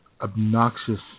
obnoxious